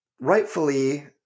rightfully